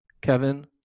Kevin